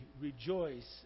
rejoice